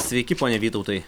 sveiki pone vytautai